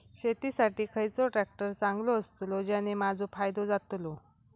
शेती साठी खयचो ट्रॅक्टर चांगलो अस्तलो ज्याने माजो फायदो जातलो?